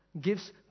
gives